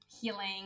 healing